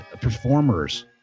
performers